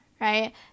right